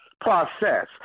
process